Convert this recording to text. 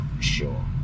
sure